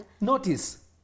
Notice